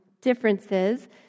differences